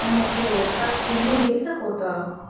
ऐं मूंखे तफ़सीलूं ॾई सघो था